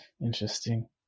interesting